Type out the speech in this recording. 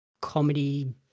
comedy